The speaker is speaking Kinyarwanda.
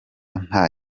nta